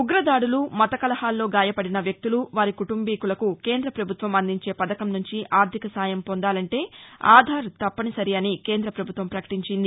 ఉగ్ర దాడులు మతకలహాల్లో గాయపడిన వ్యక్తులు వారి కుటుంబీకులకు కేంద పభుత్వం అందించే పథకం నుంచి ఆర్థిక సాయం పొందాలంటే ఆధార్ తప్పనిసరి అని కేంద్ర ప్రభుత్వం ప్రకటించింది